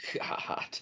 God